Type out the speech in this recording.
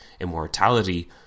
immortality